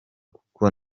kuko